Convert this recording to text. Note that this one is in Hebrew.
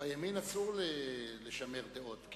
בימין אסור לשמר דעות,